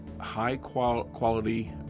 high-quality